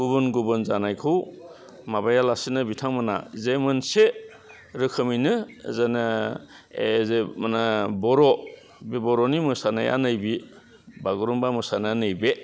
गुबुन गुबुन जानायखौ माबाया लासेनो बिथांमोना जे मोनसे रोखोमैनो जोना एज ए माने बर' बे बर'नि मोसानाया नैबे बागुरुम्बा मोसानाया नैबे